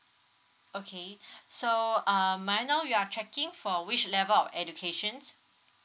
okay so um may I know you are checking for which level of educations